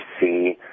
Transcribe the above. see